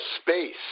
Space